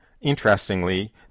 Interestingly